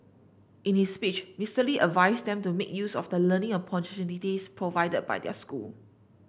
in his speech Mister Lee advised them to make use of the learning opportunities provided by their school